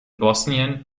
bosnien